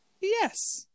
Yes